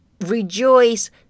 Rejoice